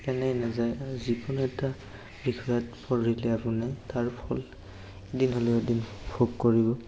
এনেই নাযায় যিকোনো এটা বিষয়ত পঢ়িলে আপুনি তাৰ ফল এদিন হ'লেও এদিন ভোগ কৰিব